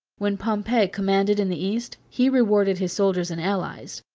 when pompey commanded in the east, he rewarded his soldiers and allies,